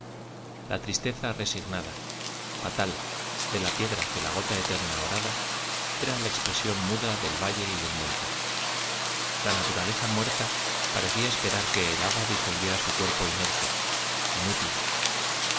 la tristeza resignada fatal de la piedra que la gota eterna horada era la expresión muda del valle y del monte la naturaleza muerta parecía esperar que el agua disolviera su cuerpo inerte inútil